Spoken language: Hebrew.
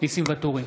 ניסים ואטורי,